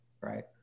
Right